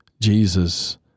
Jesus